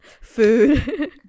food